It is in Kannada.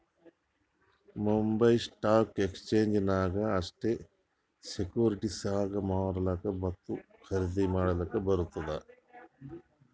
ಬಾಂಬೈ ಸ್ಟಾಕ್ ಎಕ್ಸ್ಚೇಂಜ್ ನಾಗ್ ಅಷ್ಟೇ ಸೆಕ್ಯೂರಿಟಿಸ್ಗ್ ಮಾರ್ಲಾಕ್ ಮತ್ತ ಖರ್ದಿ ಮಾಡ್ಲಕ್ ಬರ್ತುದ್